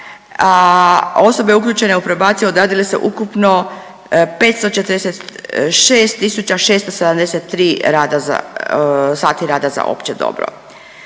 a osobe uključene u probaciju odradile su ukupno 546.673 rada, sati rada za opće dobro.